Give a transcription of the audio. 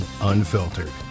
Unfiltered